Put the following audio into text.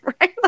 right